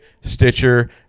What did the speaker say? Stitcher